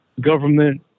government